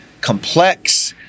complex